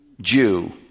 Jew